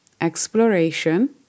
exploration